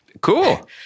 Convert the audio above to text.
Cool